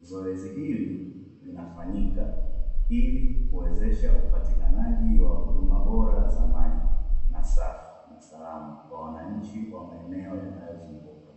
zoezi hili linafanyika ili kuwezesha upatikanaji wa huduma bora za maji na safi na salama kwa wananchi wa maeneo yanayozunguka.